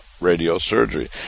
radiosurgery